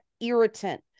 irritant